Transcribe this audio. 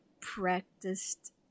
practiced